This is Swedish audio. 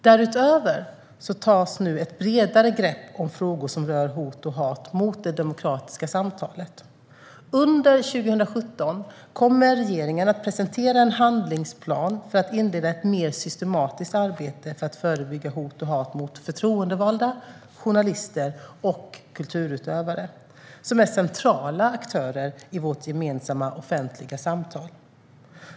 Därutöver tas nu ett bredare grepp om frågor som rör hot och hat mot det demokratiska samtalet. Under 2017 kommer regeringen att presentera en handlingsplan för att inleda ett mer systematiskt arbete för att förebygga hot och hat mot förtroendevalda, journalister och kulturutövare, som är centrala aktörer i vårt gemensamma offentliga samtal.